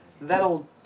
That'll